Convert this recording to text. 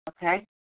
Okay